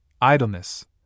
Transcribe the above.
idleness